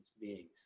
beings